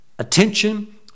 attention